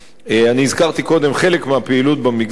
אני הזכרתי קודם חלק מהפעילות במגזר הערבי,